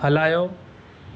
हलायो